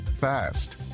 fast